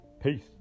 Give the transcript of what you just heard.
Peace